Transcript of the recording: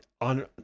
on